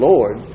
Lord